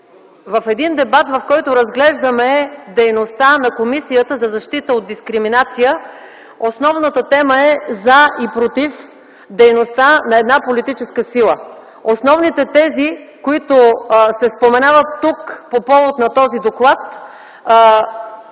в един дебат, в който разглеждаме дейността на Комисията за защита от дискриминация, основната тема е „за” и „против” дейността на една политическа сила. Основните тези, които се споменават тук по повод на този доклад,